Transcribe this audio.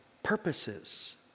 Purposes